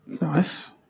Nice